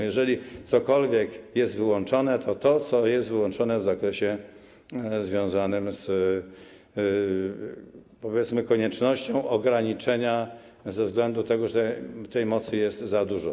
Jeżeli cokolwiek jest wyłączone, to to, co jest wyłączone w zakresie związanym, powiedzmy, z koniecznością ograniczenia z takiego względu, że tej mocy jest za dużo.